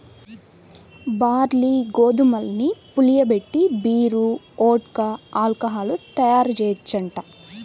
barley, గోధుమల్ని పులియబెట్టి beer, vodka, alcohol తయ్యారుజెయ్యొచ్చంట